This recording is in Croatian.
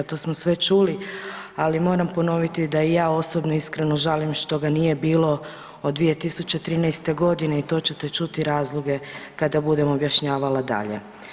To smo sve čuli, ali moram ponoviti da i ja osobno iskreno žalim što ga nije bilo od 2013. godine i to ćete čuti razloge kada budem objašnjavala dalje.